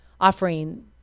offering